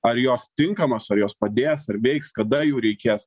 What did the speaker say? ar jos tinkamos ar jos padės ar veiks kada jų reikės